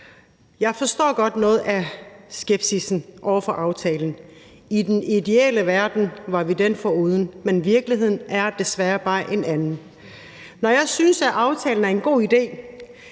Jeg forstår godt noget af skepsissen over for aftalen. I den ideelle verden var vi den foruden, men virkeligheden er desværre bare en anden. Når jeg synes, at aftalen er en god idé,